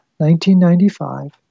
1995